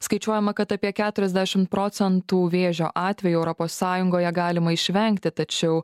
skaičiuojama kad apie keturiasdešim procentų vėžio atvejų europos sąjungoje galima išvengti tačiau